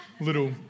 little